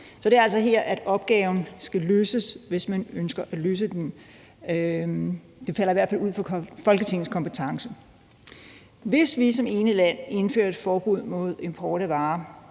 Så det er altså her, opgaven skal løses, hvis man ønsker at gøre det. Det falder i hvert fald uden for Folketingets kompetence. Hvis vi som ene land indfører et forbud mod import af varer,